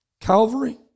Calvary